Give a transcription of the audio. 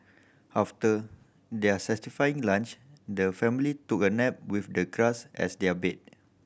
after their satisfying lunch the family took a nap with the grass as their bed